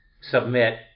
submit